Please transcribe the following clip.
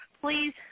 please